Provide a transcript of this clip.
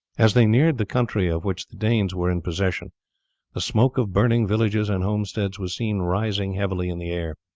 as they neared the country of which the danes were in possession the smoke of burning villages and homesteads was seen rising heavily in the air.